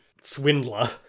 swindler